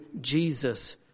Jesus